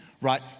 right